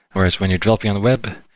whereas, when you're developing on the web,